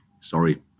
Sorry